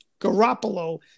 Garoppolo